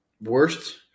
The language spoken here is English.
Worst